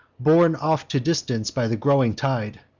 borne off to distance by the growing tide,